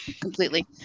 completely